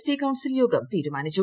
T council യോഗം തീരുമാനിച്ചു